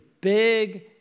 big